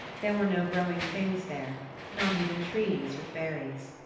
there were no growing things there, not even trees with berries.